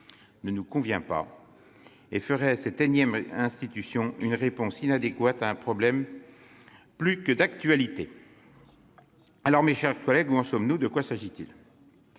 ne nous convient pas ; elle ferait de cette énième institution une réponse inadéquate à un problème plus qu'actuel. Mes chers collègues, où en sommes-nous ? De quoi s'agit-il ?